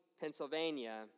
Pennsylvania